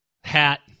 hat